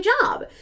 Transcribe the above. job